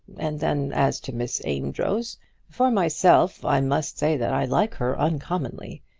and then, as to miss amedroz for myself i must say that i like her uncommonly.